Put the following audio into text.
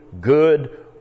good